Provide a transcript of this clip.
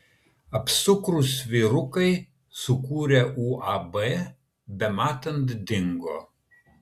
apsukrūs vyrukai sukūrę uab bematant dingo